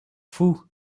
fou